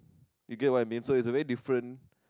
you get what I mean so is a very different